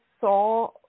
saw